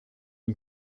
and